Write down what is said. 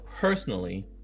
personally